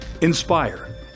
Inspire